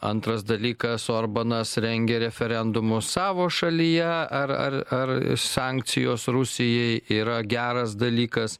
antras dalykas orbanas rengė referendumus savo šalyje ar ar ar sankcijos rusijai yra geras dalykas